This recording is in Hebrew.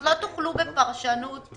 לא תוכלו בפרשנות.